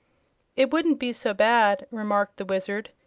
it wouldn't be so bad, remarked the wizard,